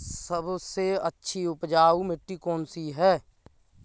सबसे अच्छी उपजाऊ मिट्टी कौन सी है?